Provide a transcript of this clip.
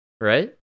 right